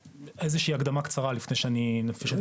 איזו שהיא הקדמה קצרה לפני שאני אעלה את המצגת.